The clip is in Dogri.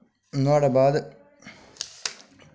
नोह्ड़े बाद